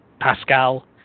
Pascal